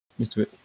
Mr